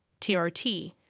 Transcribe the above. TRT